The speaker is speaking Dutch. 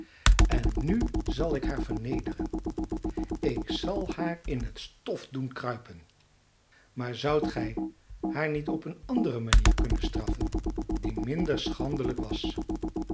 en nu zal ik haar vernederen ik zal haar in het stof doen kruipen maar zoudt gij haar niet op eene andere manier kunnen straffen die minder schandelijk was